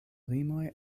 limoj